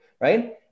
right